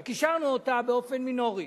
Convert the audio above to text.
רק אישרנו אותה באופן מינורי.